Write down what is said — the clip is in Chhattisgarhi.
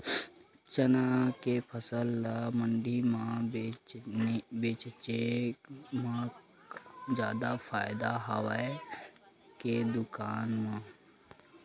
चना के फसल ल मंडी म बेचे म जादा फ़ायदा हवय के दुकान म?